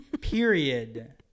period